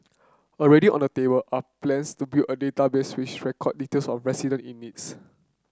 already on the table are plans to build a database which record details of resident in needs